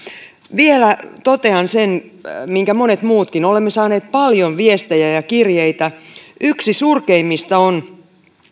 vielä totean sen minkä monet muutkin olemme saaneet paljon viestejä ja kirjeitä yksi surkeimmista on